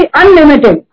unlimited